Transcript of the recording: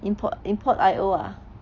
import Import.io ah